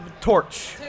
torch